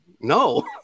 no